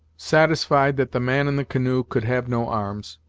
satisfied that the man in the canoe could have no arms,